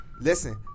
listen